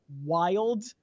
wild